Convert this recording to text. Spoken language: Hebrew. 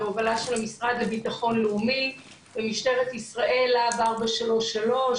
בהובלה של המשרד לביטחון לאומי ומשטרת ישראל להב 433,